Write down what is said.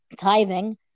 tithing